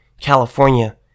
california